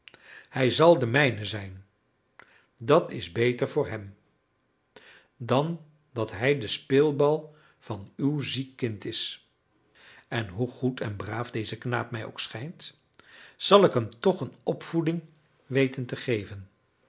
hij zal de mijne zijn dat is beter voor hem dan dat hij de speelbal van uw ziek kind is en hoe goed en braaf deze knaap mij ook schijnt zal ik hem toch een opvoeding weten te geven